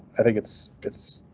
i think it's it's.